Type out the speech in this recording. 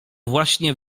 właśnie